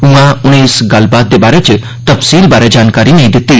उआं उनें इस गल्लबात दे बारे च तफसील बारे जानकारी नेई दित्ती